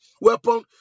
weapon